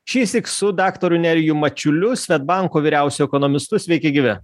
šįsyk su daktaru nerijumi mačiuliu swedbanko vyriausiu ekonomistu sveiki gyvi